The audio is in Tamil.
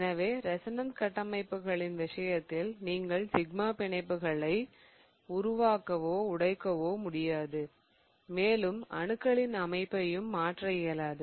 எனவே ரெசோனன்ஸ் கட்டமைப்புகளின் விஷயத்தில் நீங்கள் சிக்மா பிணைப்புகளை உருவாக்கவோ உடைக்கவோ முடியாது மேலும் அணுக்களின் அமைப்பையும் மாற்ற இயலாது